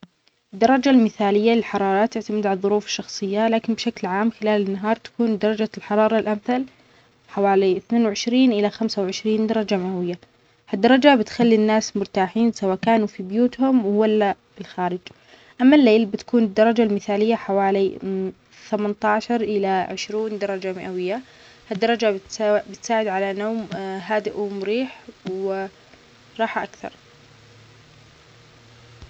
الدرجة المثالية للحرارة تعتمد على الظروف الشخصية، لكن بشكل عام خلال النهار تكون درجة الحرارة الأمثل حوالى أثنين وعشرين إلى خمسة وعشرين درجة مئوية، هالدرجة بتخلى الناس مرتاحين سواء كانوا في بيوتهم ولا في الخارج، أما الليل بتكون الدرجة المثالية حوالى ثمانتاشر إلى عشرون درجة مئوية، هالدرجة بتس-بتساعد على نوم أ-هادىء ومريح وراحة أكثر.